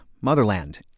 motherland